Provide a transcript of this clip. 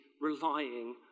relying